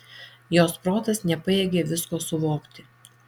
jos protas nepajėgė visko suvokti